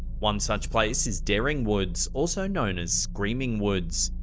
one such place is dering woods, also known as screaming woods,